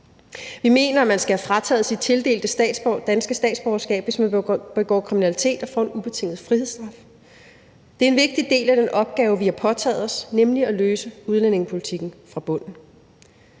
Vi mener, at man skal have frataget sit tildelte danske statsborgerskab, hvis man begår kriminalitet og får en ubetinget frihedsstraf. Det er en vigtig del af den opgave, vi har påtaget os, nemlig at løse udlændingepolitikken fra bunden.